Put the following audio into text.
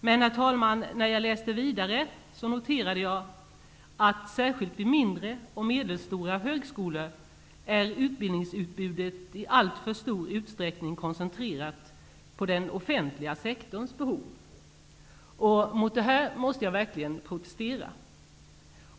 Men, herr talman, när jag läste vidare noterade jag ''att särskilt vid mindre och medelstora högskolor är utbildningsutbudet i alltför stor utsträckning koncentrerat på den offentliga sektorns behov!'' Mot detta måste jag verkligen protestera.